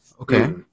Okay